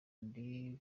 ndi